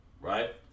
right